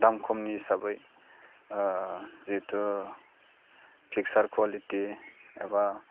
दाम खमनि हिसाबै जिहेथु पिकसार कुवालिटि एबा